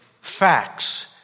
facts